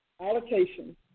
allocation